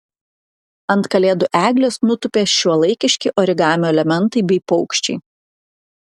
ant kalėdų eglės nutūpė šiuolaikiški origamio elementai bei paukščiai